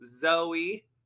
zoe